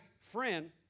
friend